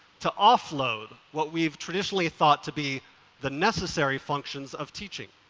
to offload what we've traditionally thought to be the necessary functions of teaching.